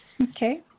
Okay